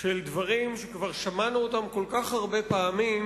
של דברים שכבר שמענו אותם כל כך הרבה פעמים,